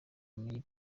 ubumenyi